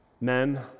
Men